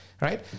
right